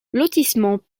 lotissement